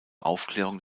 aufklärung